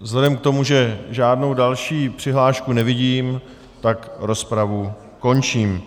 Vzhledem k tomu, že žádnou další přihlášku nevidím, tak rozpravu končím.